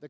th